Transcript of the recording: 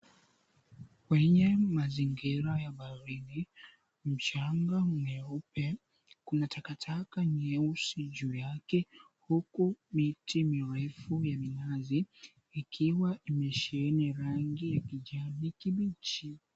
Kwenye mazingira ya baharini, mchanga mweupe, kuna takataka nyeusi juu yake huku miti mirefu ya minazi ikiwa imesheheni rangi ya kijani kibichi.